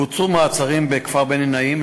ובוצעו מעצרים בכפר בני-נעים.